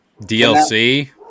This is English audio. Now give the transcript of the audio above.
DLC